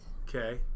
Okay